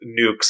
nukes